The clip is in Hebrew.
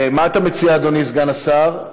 מה אתה מציע, אדוני סגן השר?